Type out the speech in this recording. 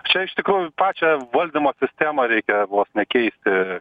čia iš tikrųjų pačią valdymo sistemą reikia vos ne keisti